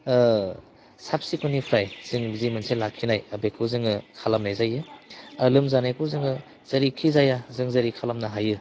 साब सिखोननिफ्राय जों जि मोनसे लाखिनाय बेखौ जोङो खालामनाय जायो लोमजानायखौ जोङो जेरैखिजाया जों जेरै खालामनो हायो